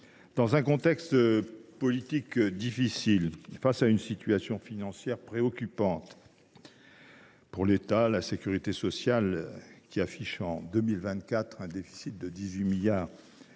dans un contexte politique difficile et face à une situation financière préoccupante pour l’État, la sécurité sociale affiche en 2024 un déficit de 18 milliards d’euros.